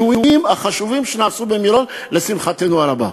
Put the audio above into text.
מהשינויים החשובים שנעשו במירון, לשמחתנו הרבה.